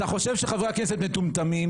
אתה חושב שחברי הכנסת מטומטמים,